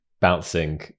bouncing